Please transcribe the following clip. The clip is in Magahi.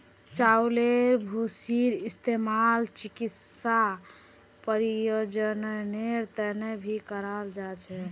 चउलेर भूसीर इस्तेमाल चिकित्सा प्रयोजनेर तने भी कराल जा छे